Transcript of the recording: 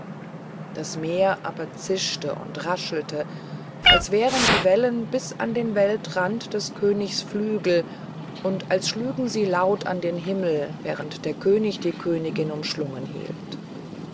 das meer aber zischte und raschelte als wären die wellen bis an den weltrand des königs flügel und als schlügen sie laut an den himmel während der könig die königin umschlungen hielt